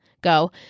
go